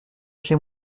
chez